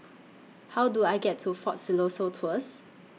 How Do I get to Fort Siloso Tours